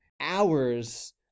hours